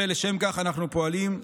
ולשם כך אנחנו פועלים.